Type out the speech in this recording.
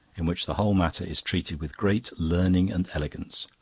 in which the whole matter is treated with great learning and elegance.